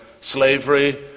slavery